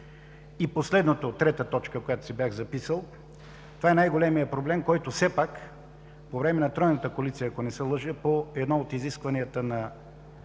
И последната, трета точка, която си бях записал, а това е най-големият проблем, който все пак по време на тройната коалиция, ако не се лъжа, по едно от изискванията на